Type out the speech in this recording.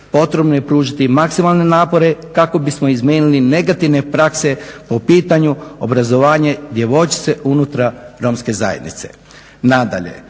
potrebno je pružiti maksimalne napore kako bismo izmijenili negativne prakse po pitanju obrazovanja djevojčice unutar romske zajednice. Nadalje,